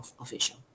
official